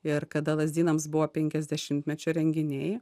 ir kada lazdynams buvo penkiasdešimtmečio renginiai